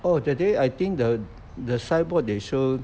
oh that day I think the the signboard they show